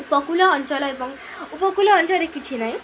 ଉପକୂଳ ଅଞ୍ଚଳ ଏବଂ ଉପକୂଳ ଅଞ୍ଚଳରେ କିଛି ନାହିଁ